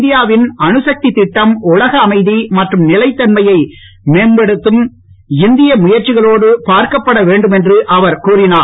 இந்தியாவின் அணுசக்தி திட்டம் உலக அமைதி மற்றும் நிலைத்தன்மையை மேம்படுத்தும் இந்தியாவின் முயற்சிகளோடு பார்க்கப்பட வேண்டும் என்று அவர் கூறியுள்ளார்